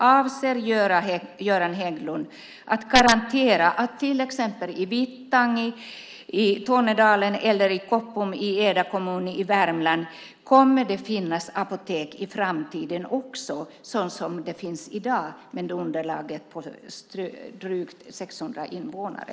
Avser Göran Hägglund att garantera att det kommer att finnas apotek i framtiden också i till exempel Vittangi i Tornedalen eller Koppom i Eda kommun i Värmland såsom det finns i dag med ett underlag på drygt 600 invånare?